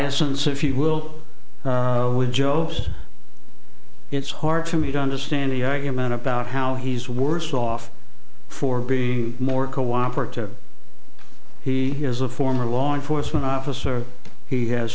since if you will with joe's it's hard for me to understand the argument about how he's worse off for being more co operative he is a former law enforcement officer he has